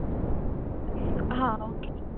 हां ओके